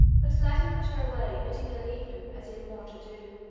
but aladdin put her away, bidding her leave him, as he had more to do.